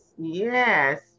Yes